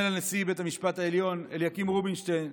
לנשיא בית המשפט העליון אליקים רובינשטיין,